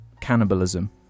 cannibalism